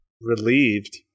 relieved